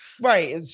right